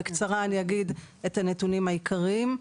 אומר בקצרה את הנתונים העיקריים: